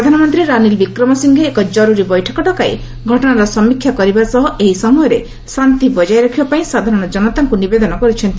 ପ୍ରଧାନମନ୍ତ୍ରୀ ରାନୀଲ ବିକ୍ରମାସିଙ୍ଘେ ଏକ ଜର୍ରରୀ ବୈଠକ ଡକାଇ ଘଟଣାର ସମୀକ୍ଷା କରିବା ସହ ଏହି ସମୟରେ ଶାନ୍ତି ବଜାୟ ରଖିବା ପାଇଁ ସାଧାରଣ ଜନତାଙ୍କୁ ନିବେଦନ କରିଛନ୍ତି